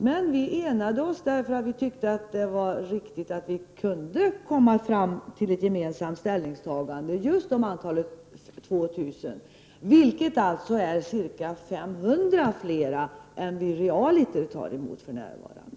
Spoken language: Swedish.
Men vi enade oss därför att vi tyckte att det var riktigt att kunna komma fram till ett gemensamt ställningstagande just om antalet 2 000, vilket alltså är ca 500 fler än vi realiter tar emot för närvarande.